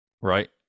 right